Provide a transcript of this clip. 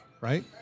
right